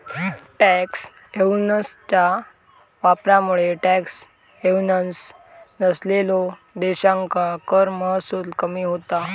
tax हेव्हन्सच्या वापरामुळे tax havens नसलेल्यो देशांका कर महसूल कमी होता